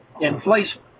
Inflation